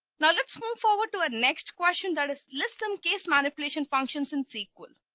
now, let's move forward to our next question that is listen case manipulation functions in sql.